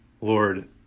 Lord